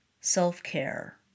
Self-care